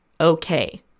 okay